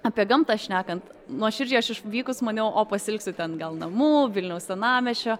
apie gamtą šnekant nuoširdžiai aš išvykus maniau o pasiilgsiu ten gal namų vilniaus senamiesčio